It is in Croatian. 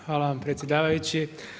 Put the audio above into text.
Hvala vam predsjedavajući.